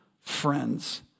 friends